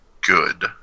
good